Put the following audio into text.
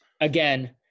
again